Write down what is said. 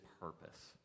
purpose